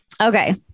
Okay